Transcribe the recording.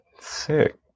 Sick